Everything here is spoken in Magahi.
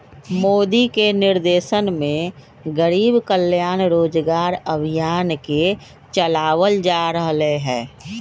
मोदी के निर्देशन में गरीब कल्याण रोजगार अभियान के चलावल जा रहले है